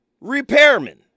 repairman